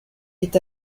est